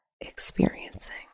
experiencing